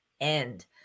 end